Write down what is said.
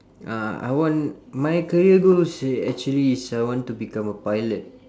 uh I want my career goals actually is I want to become a pilot